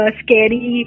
scary